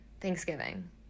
Thanksgiving